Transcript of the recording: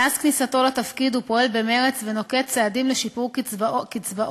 מאז כניסתו לתפקיד הוא פועל במרץ ונוקט צעדים לשיפור קצבאות